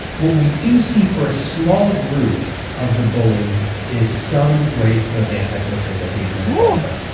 what we do see for a small group of the bullies is some rates of antisocial behaviour in adulthood,